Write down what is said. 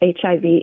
HIV